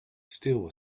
still